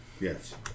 Yes